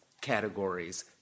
categories